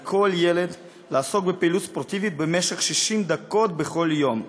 על כל ילד לעסוק בפעילות ספורטיבית 60 דקות בכל יום,